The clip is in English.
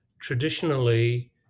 traditionally